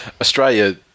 Australia